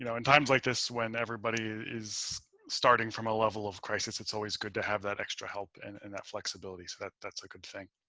you know in times like this, when everybody is starting from a level of crisis, it's always good to have that extra help and and that flexibility so that that's. a good thing.